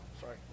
Sorry